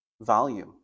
volume